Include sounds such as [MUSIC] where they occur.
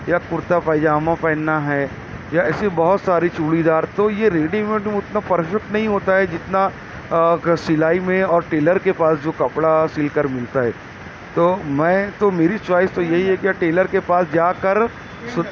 یا کرتا پیجامہ پہننا ہے یا ایسی بہت ساری چوڑی دار تو یہ ریڈی میڈ اتنا پرفیکٹ نہیں ہوتا ہے جتنا کہ سلائی میں اور ٹیلر کے پاس جو کپڑا سل کر ملتا ہے تو میں تو میری چوائز تو یہی ہے کہ ٹیلر کے پاس جا کر [UNINTELLIGIBLE]